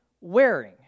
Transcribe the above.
wearing